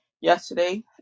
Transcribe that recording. Yesterday